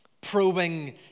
probing